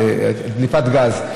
על דליפת גז.